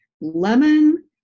lemon